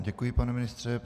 Děkuji, pane ministře.